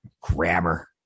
Grammar